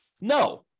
No